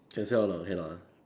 can sell or not cannot ah